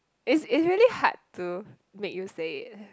is is really hard to make you say it